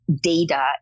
data